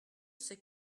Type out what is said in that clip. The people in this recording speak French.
sais